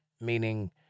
Meaning